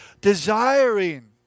desiring